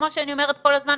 כמו שאני אומרת כל הזמן,